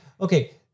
Okay